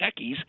techies